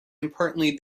importantly